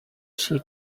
she